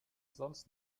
sonst